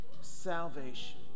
Salvation